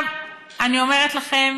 אני אומרת לכם